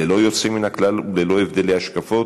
ללא יוצא מן הכלל וללא הבדלי השקפות,